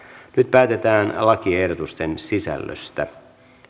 päätetään lakiehdotusten sisällöstä